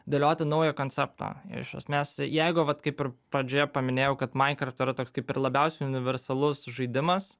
dėlioti naują konceptą iš esmės jeigu vat kaip ir pradžioje paminėjau kad minecraft yra toks kaip ir labiausiai universalus žaidimas